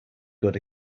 good